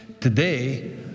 Today